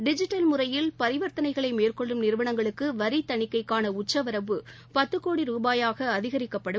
digital முறையில் பரிவர்த்தனைகளை மேற்கொள்ளும் நிறுவனங்களுக்கு வரி தணிக்கைக்கான உச்சவரம்பு பத்து கோடி ரூபாயாக அதிகரிக்கப்படும்